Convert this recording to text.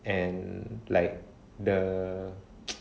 and like the